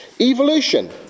Evolution